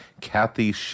Kathy